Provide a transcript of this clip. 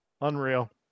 Unreal